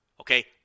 Okay